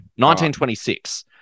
1926-